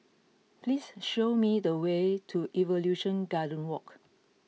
please show me the way to Evolution Garden Walk